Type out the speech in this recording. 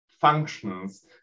functions